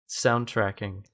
soundtracking